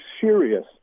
serious